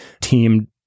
team